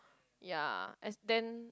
ya as then